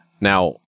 now